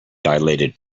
dilated